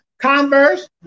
Converse